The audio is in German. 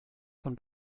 von